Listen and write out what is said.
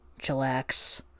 chillax